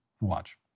Watch